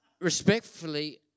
respectfully